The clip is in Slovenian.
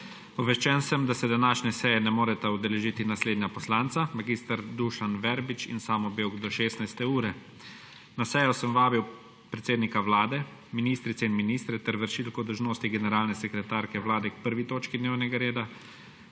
Obveščen sem, da se današnje seje ne moreta udeležiti naslednja poslanca: Mag. Dušan Verbič in Samo Bevk do 16. ure. Na sejo sem vabil predsednika Vlade, ministrice in ministre ter vršilko dolžnosti generalne sekretarke Vlade k 1. točki dnevnega reda,